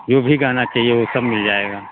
जो भी गहना चाहिए वो सब मिल जाएगा